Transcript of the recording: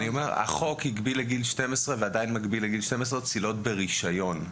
החוק הגביל לגיל 12 צלילות ברישיון,